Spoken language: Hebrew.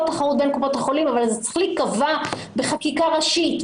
תחרות בין קופות החולים אבל זה צריך להיקבע בחקיקה ראשית,